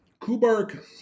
Kubark